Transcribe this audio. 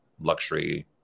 luxury